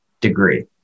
degree